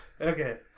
Okay